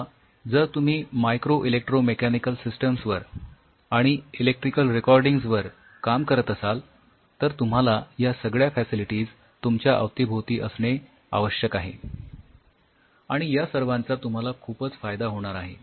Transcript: किंवा जर तुम्ही मायक्रो इलेक्ट्रो मेकॅनिकल सिस्टिम्स वर आणि इलेकट्रीकल रेकॉर्डिंग्स वर काम करत असाल तर तुम्हाला या सगळ्या फॅसिलिटीज तुमच्या अवतीभवती असणे आवश्यक आहे आणि या सर्वांचा तुम्हाला खूपच फायदा होणार आहे